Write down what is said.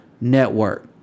Network